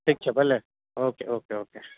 ઠીક છે ભલે ઓકે ઓકે ઓકે